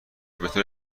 بطور